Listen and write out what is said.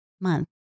month